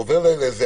עובר לאכיפה,